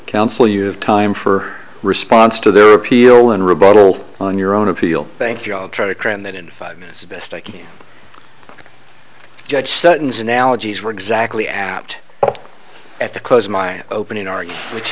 counsel you have time for response to the appeal in rebuttal on your own appeal thank you i'll try to trim that in five minutes the best i can judge sutton's analogies were exactly apt at the close my opening are which